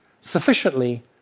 sufficiently